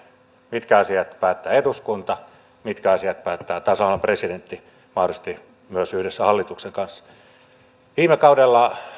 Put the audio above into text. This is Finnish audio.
mitkä asiat päättää eduskunta mitkä asiat päättää tasavallan presidentti mahdollisesti myös yhdessä hallituksen kanssa viime kaudella